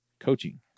coaching